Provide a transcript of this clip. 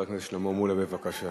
חבר הכנסת שלמה מולה, בבקשה.